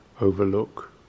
overlook